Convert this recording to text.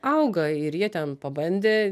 auga ir jie ten pabandė